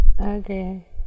okay